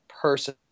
person